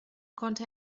konnte